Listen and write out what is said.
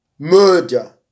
Murder